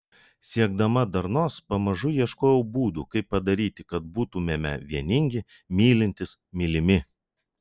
siekdama darnos pamažu ieškojau būdų kaip padaryti kad būtumėme vieningi mylintys mylimi